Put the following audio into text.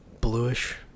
bluish